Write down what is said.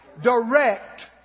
direct